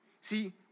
See